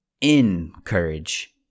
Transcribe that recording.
encourage